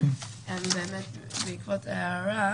בעקבות ההערה,